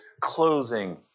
clothing